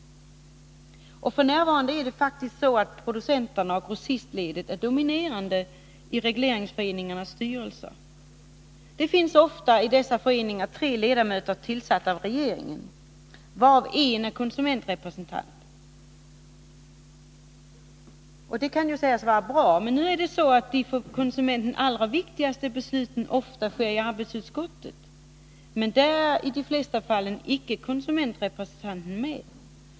F. n. är faktiskt producenterna och grossistledet dominerande i regleringsföreningarnas styrelser. Det finns ofta i dessa föreningar tre ledamöter tillsatta av regeringen, varav en är konsumentrepresentant. Det kan ju sägas vara bra, men oftast fattas de för konsumenten viktiga besluten i arbetsutskottet — och där är i de flesta fall inte konsumentrepresentanterna med.